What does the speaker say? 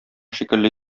шикелле